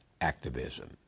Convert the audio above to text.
activism